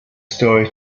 story